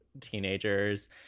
teenagers